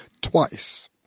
twice